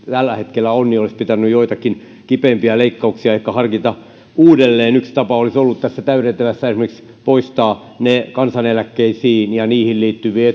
tällä hetkellä on olisi pitänyt joitakin kipeimpiä leikkauksia ehkä harkita uudelleen yksi tapa olisi ollut tässä täydentävässä esimerkiksi poistaa ne kansaneläkkeisiin ja niihin liittyviin